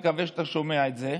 אני מקווה שאתה שומע את זה,